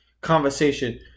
conversation